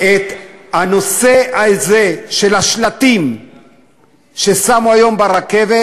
את הנושא הזה, של השלטים ששמו היום ברכבת